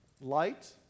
light